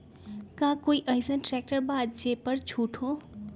का कोइ अईसन ट्रैक्टर बा जे पर छूट हो?